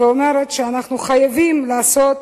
ואומרת שאנחנו חייבים לעשות